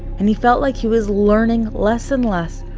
and he felt like he was learning less and less,